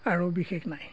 আৰু বিশেষ নাই